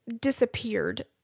disappeared